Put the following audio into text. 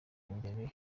imbere